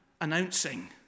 announcing